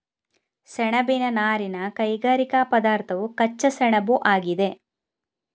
ಸೆಣಬಿನ ನಾರಿನ ಕೈಗಾರಿಕಾ ಪದಾರ್ಥವು ಕಚ್ಚಾ ಸೆಣಬುಆಗಿದೆ